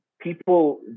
people